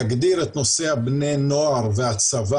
להגדיר את נושא בני הנוער והצבא,